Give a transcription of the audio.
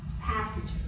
passages